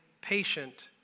patient